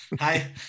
Hi